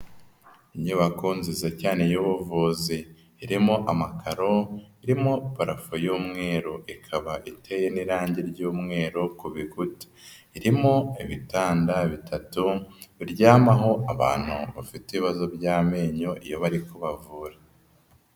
Inyubako nziza cyane y'ubuvuzi. Irimo amakaro, irimo parafo y'umweru. Ikaba iteye n'irangi ry'umweru ku bikuta. Irimo ibitanda bitatu biryamaho abantu bafite ibibazo by'amenyo iyo bari kubavura.